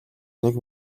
нэг